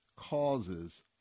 causes